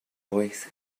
voice